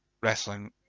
wrestling